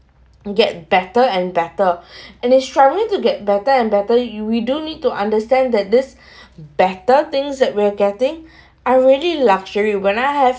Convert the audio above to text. get better and better and is struggling to get better and better you we don't need to understand that this better things that we have getting I really luxury when I have